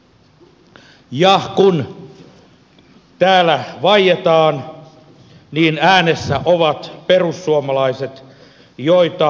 ja kun täällä vaietaan niin äänessä ovat perussuomalaiset joita joskus perustuslaillisiksikin kutsutaan